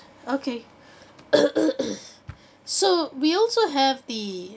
okay so we also have the